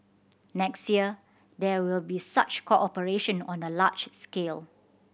next year there will be such cooperation on a large scale